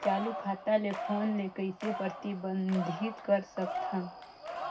चालू खाता ले फोन ले कइसे प्रतिबंधित कर सकथव?